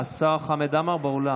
השר חמד עמאר באולם.